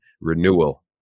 renewal